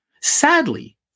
Sadly